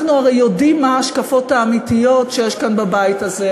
אנחנו הרי יודעים מה ההשקפות האמיתיות שיש כאן בבית הזה,